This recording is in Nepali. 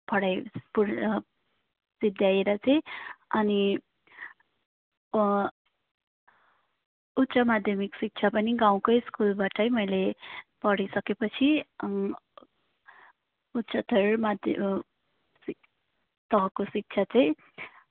पढाइ पुर सिद्ध्याएर चाहिँ अनि उच्च माध्यमिक शिक्षा पनि गाउँकै स्कुलबाटै मैले पढिसकेपछि उच्चत्तर माध्य शिक् तहको शिक्षा चाहिँ